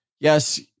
Yes